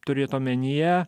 turėt omenyje